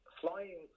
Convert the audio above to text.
flying